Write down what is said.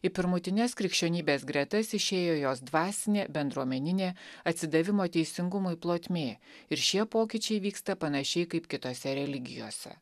į pirmutines krikščionybės gretas išėjo jos dvasinė bendruomeninė atsidavimo teisingumui plotmė ir šie pokyčiai vyksta panašiai kaip kitose religijose